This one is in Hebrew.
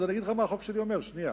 אז אני אגיד לך מה החוק שלי אומר, שנייה.